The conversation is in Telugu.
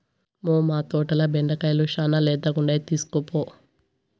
మ్మౌ, మా తోటల బెండకాయలు శానా లేతగుండాయి తీస్కోపో